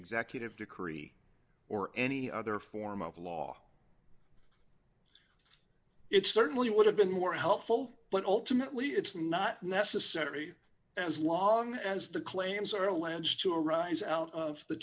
executive decree or any other form of law it certainly would have been more helpful but ultimately it's not necessary as long as the claims are alleged to arise out of the